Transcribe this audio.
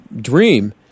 dream